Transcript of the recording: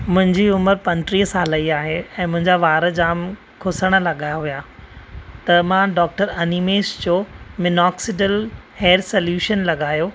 मुंहिंजी उमिरि पंटीह साल ई आहे ऐं मुंहिंजा वार जाम खुसण लगा हुया त मां डाक्टर अनिमेश जो मिनॉक्सीडिल हेअर सोल्युशन लगायो